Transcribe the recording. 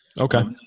Okay